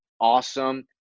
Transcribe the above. awesome